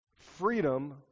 freedom